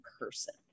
person